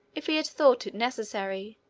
if he had thought it necessary,